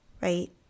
right